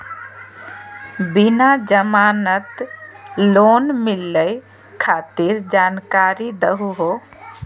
बिना जमानत लोन मिलई खातिर जानकारी दहु हो?